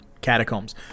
catacombs